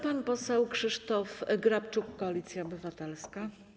Pan poseł Krzysztof Grabczuk, Koalicja Obywatelska.